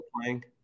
playing